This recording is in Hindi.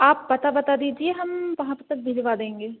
आप पता बता दीजिए हम वहाँ पर तक भिजवा देंगे